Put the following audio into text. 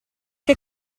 che